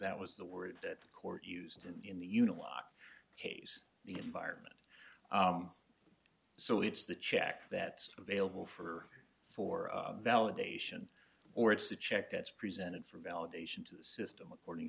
that was the word that court used in the uniloc case the environment so it's the check that available for for validation or it's a check that's presented for validation to the system according